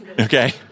Okay